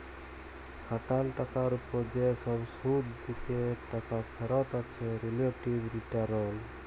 খাটাল টাকার উপর যে সব শুধ দিয়ে টাকা ফেরত আছে রিলেটিভ রিটারল